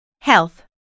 Health